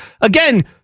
again